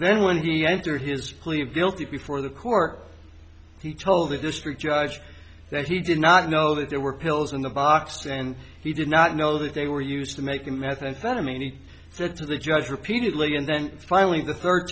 then when he entered his plea of guilty before the court he told the district judge that he did not know that there were pills in the box and he did not know that they were used to making meth and phemie need to add to the judge repeatedly and then finally the third